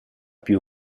più